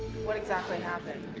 what exactly happened?